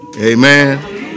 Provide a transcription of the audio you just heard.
Amen